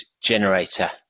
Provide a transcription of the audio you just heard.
generator